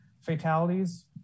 fatalities